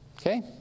okay